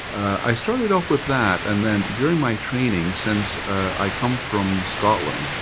i started off with that, and then during my training, since i come from scotland,